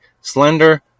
slender